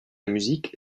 musique